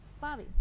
Bobby